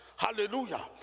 Hallelujah